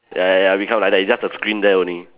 ya ya ya become like that it's just a screen there only